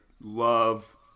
love